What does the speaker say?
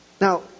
Now